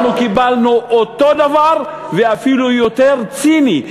אנחנו קיבלנו את אותו הדבר ואפילו יותר ציני,